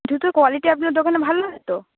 জুতোর কোয়ালিটি আপনার দোকানে ভালো হয় তো